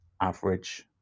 average